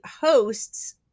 hosts